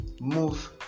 move